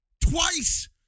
twice